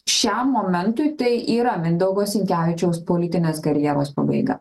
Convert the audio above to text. šiam momentui tai yra mindaugo sinkevičiaus politinės karjeros pabaiga